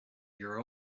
your